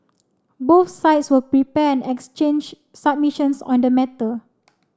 both sides will prepare and exchange submissions on the matter